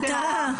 המורים.